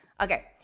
Okay